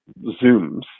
Zooms